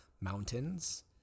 mountains